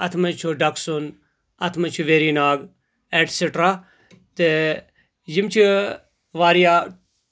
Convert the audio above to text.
اَتھ منٛز چھُ ڈاکٮسُم اَتھ منٛز چھُ ویری ناگ ایٹسِٹرا تہٕ یِم چھِ واریاہ